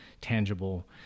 tangible